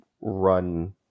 run